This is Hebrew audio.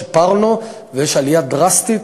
שיפרנו, ויש עלייה דרסטית,